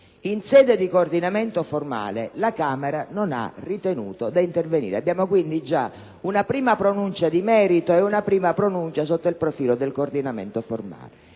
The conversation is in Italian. In sede di coordinamento formale, la Camera non ha ritenuto di intervenire. Abbiamo quindi già una prima pronuncia di merito e una prima pronuncia sotto il profilo del coordinamento formale.